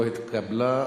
ההסתייגות לא התקבלה.